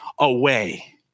away